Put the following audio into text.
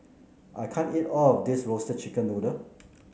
I can't eat all of this Roasted Chicken Noodle